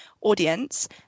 audience